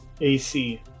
AC